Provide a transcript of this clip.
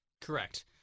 Correct